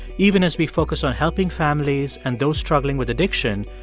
even as we focus on helping families and those struggling with addiction,